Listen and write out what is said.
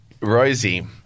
Rosie